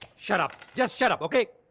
shut up, just shut up. okay.